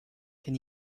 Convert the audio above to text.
can